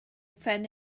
phen